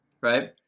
right